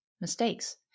mistakes